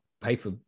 paper